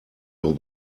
your